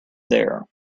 there